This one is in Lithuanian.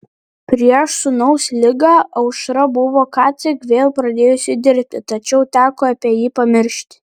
prieš sūnaus ligą aušra buvo ką tik vėl pradėjusi dirbti tačiau teko apie jį pamiršti